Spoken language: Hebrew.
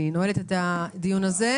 תודה רבה, הישיבה נעולה.